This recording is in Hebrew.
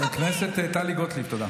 חברת הכנסת טלי גוטליב, תודה.